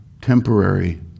temporary